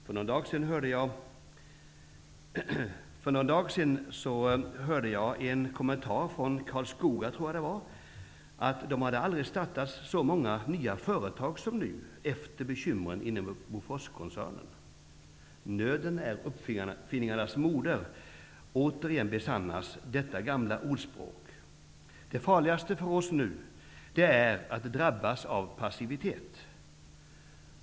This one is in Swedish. För någon dag sedan hörde jag en kommentar från Karlskoga, tror jag det var, att man aldrig hade startat så många nya företag som man gör nu efter bekymren inom Boforskoncernen. Nöden är uppfinningarnas moder. Återigen besannas detta gamla ordspråk. Det som nu är den stora faran är att drabbas av passivitet.